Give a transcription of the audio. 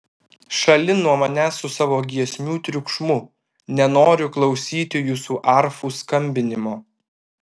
šalin nuo manęs su savo giesmių triukšmu nenoriu klausyti jūsų arfų skambinimo